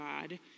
God